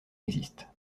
existe